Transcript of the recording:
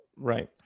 right